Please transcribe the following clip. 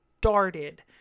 started